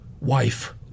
wife